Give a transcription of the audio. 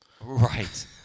right